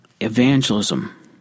evangelism